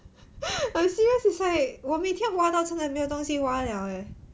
I'm serious it's like 我每天挖到现在没有东西挖了 leh